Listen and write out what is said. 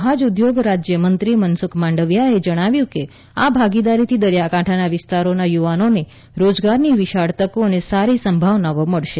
જહાજ ઉદ્યોગ રાજ્ય મંત્રી મનસુખ માંડવીયાએ જણાવ્યું કે આ ભાગીદારીથી દરિયાકાંઠાના વિસ્તારોના યુવાનોને રોજગારીની વિશાળ તકો અને સારી સંભાવના મળશે